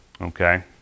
Okay